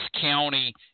county